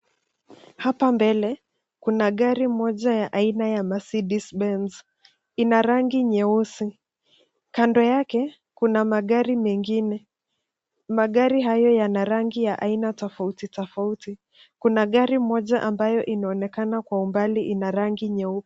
Hapa mbele, kuna gari moja ya aina ya Mercedes Benz. Ina rangi nyeusi . Kando yake, kuna magari mengine . Magari hayo yana rangi ya aina tofauti tofauti. Kuna gari moja ambayo inaonekana kwa umbali ina rangi nyeupe.